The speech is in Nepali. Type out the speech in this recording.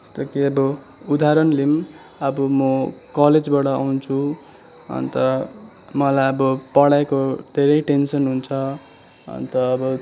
ता कि अब उदाहरण लिऔँ अब म कलेजबाट आउँछु अन्त मलाई अब पढाइको धेरै टेन्सन हुन्छ अन्त अब